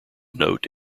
note